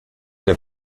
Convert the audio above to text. der